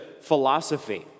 philosophy